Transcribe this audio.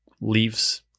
leaves